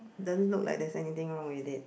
it doesn't look like there's anything wrong with it